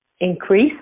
increase